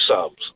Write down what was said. subs